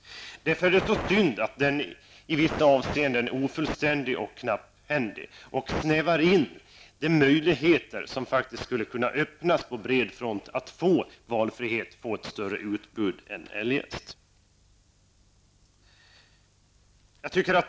Det är därför synd att den i vissa avseenden är ofullständig och knapphändig. Den snävar in de möjligheter att få valfrihet och ett större utbud än som eljest som skulle kunna öppnas på bred front.